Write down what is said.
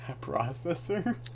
processor